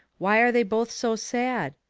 why are they both so sad?